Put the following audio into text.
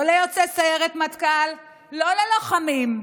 לא ליוצאי סיירת מטכ"ל, לא ללוחמים,